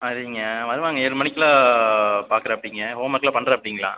சரிங்க வருவாங்க ஏழு மணிக்கு எல்லாம் பார்க்குறாப்புடிங்க ஹோம் ஒர்க் எல்லாம் பண்ணுறாப்புடிங்களா